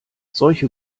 solche